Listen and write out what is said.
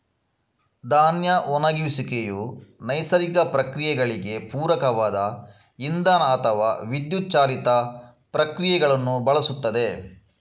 ಧಾನ್ಯ ಒಣಗಿಸುವಿಕೆಯು ನೈಸರ್ಗಿಕ ಪ್ರಕ್ರಿಯೆಗಳಿಗೆ ಪೂರಕವಾದ ಇಂಧನ ಅಥವಾ ವಿದ್ಯುತ್ ಚಾಲಿತ ಪ್ರಕ್ರಿಯೆಗಳನ್ನು ಬಳಸುತ್ತದೆ